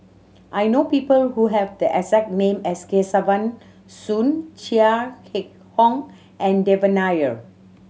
I know people who have the exact name as Kesavan Soon Chia Keng Hock and Devan Nair